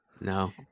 No